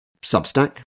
Substack